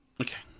Okay